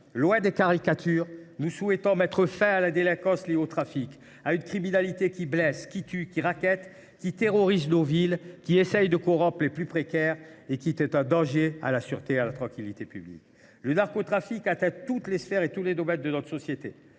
Loin des caricatures, nous souhaitons mettre fin à la délinquance liée au trafic et à une criminalité qui blesse, tue, rackette, terrorise nos villes, essaie de corrompre les plus précaires et constitue un danger pour la sûreté et la tranquillité publiques ! Le narcotrafic atteint toutes les sphères et tous les domaines de notre société.